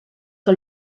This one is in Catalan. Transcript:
que